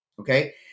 okay